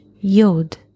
Yod